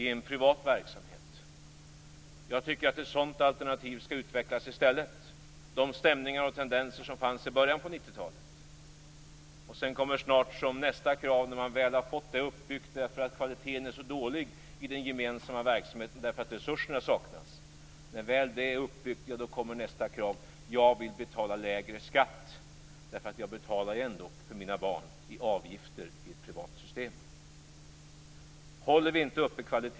Dessa stämningar och tendenser fanns i början av 90-talet. När alternativet väl är uppbyggt, eftersom kvaliteten är så dålig i den gemensamma verksamheten därför att resurserna saknas, kommer nästa krav: Jag vill betala lägre skatt eftersom jag ändå betalar avgifter för mina barn i ett privat system.